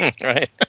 Right